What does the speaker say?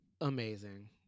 amazing